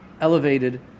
elevated